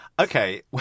Okay